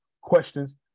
questions